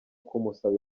kumusaba